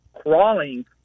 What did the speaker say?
crawling